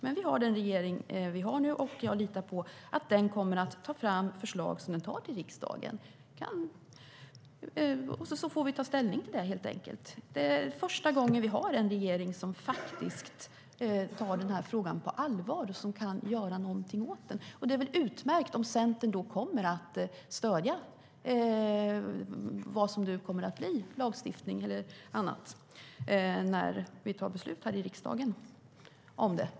Men vi har den regering vi har nu, och jag litar på att den kommer att ta fram förslag till riksdagen. Sedan får vi ta ställning till det, helt enkelt. Det är första gången vi har en regering som faktiskt tar den här frågan på allvar och som kan göra någonting åt den. Det är väl utmärkt om Centern då kommer att stödja vad som nu kommer att bli lagstiftning eller annat när vi tar beslut här i riksdagen om det.